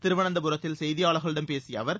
திருவனந்தபுரத்தில் செய்தியாளர்களிடம் பேசிய அவர்